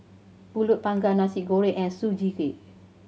Pulut Panggang Nasi Goreng and Sugee Cake